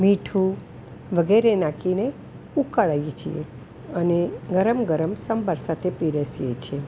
મીઠું વગેરે નાખીને ઉકાળીએ છીએ અને ગરમ ગરમ સંભાર સાથે પીરસીએ છીએ